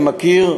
אני מכיר,